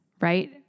right